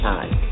Time